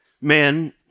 men